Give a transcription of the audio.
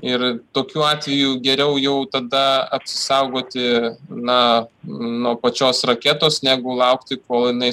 ir tokiu atveju geriau jau tada apsisaugoti na nuo pačios raketos negu laukti kol jinai